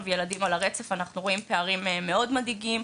ילדים על הרצף אנחנו רואים את פערים מאוד מדאיגים.